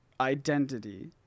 identity